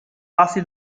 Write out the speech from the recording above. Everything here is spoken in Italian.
passi